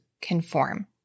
conform